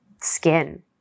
skin